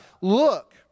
Look